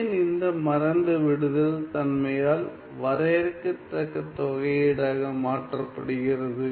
ஏன் இந்த மறைந்துவிடுதல் தன்மையால் வரையறுக்கத்தக்க தொகையீடாக மாற்றப்படுகிறது